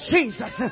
Jesus